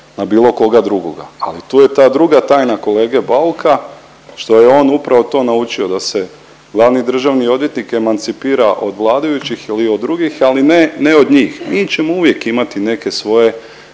na bilo koga drugoga. Ali tu je ta druga tajna kolege Bauka što je on upravo to naučio da se glavni državni odvjetnik emancipira od vladajućih ili od drugih, ali ne, ne od njih … ćemo uvijek ima neke svoje